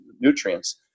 nutrients